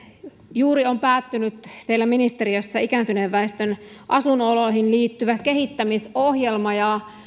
juuri on päättynyt teillä ministeriössä ikääntyneen väestön asuinoloihin liittyvä kehittämisohjelma